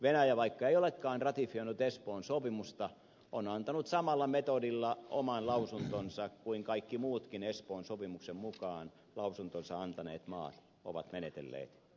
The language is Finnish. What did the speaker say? venäjä vaikka ei olekaan ratifioinut espoon sopimusta on antanut samalla metodilla oman lausuntonsa kuin millä kaikki muutkin espoon sopimuksen mukaan lausuntonsa antaneet maat ovat menetelleet